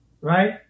right